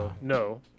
No